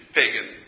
pagan